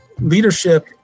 Leadership